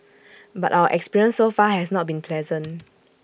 but our experience so far has not been pleasant